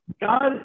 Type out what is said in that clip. God